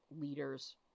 leaders